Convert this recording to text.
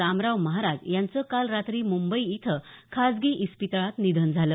रामराव महाराज यांचं काल रात्री मुंबई इथं खासगी इस्पितळात निधन झालं